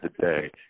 today